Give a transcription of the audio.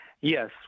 Yes